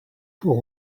pour